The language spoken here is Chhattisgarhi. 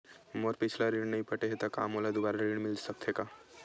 मोर पिछला ऋण नइ पटे हे त का मोला दुबारा ऋण मिल सकथे का?